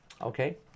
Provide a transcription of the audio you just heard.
Okay